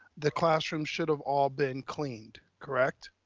the classrooms should have all been cleaned, correct.